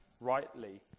rightly